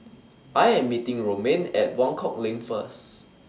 I Am meeting Romaine At Buangkok LINK First